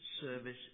service